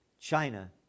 China